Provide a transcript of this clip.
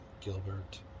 Gilbert